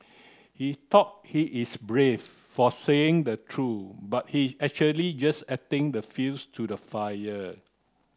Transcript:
he thought he is brave for saying the true but he actually just adding the fuels to the fire